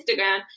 Instagram